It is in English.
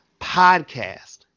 podcast